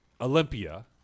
olympia